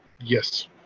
Yes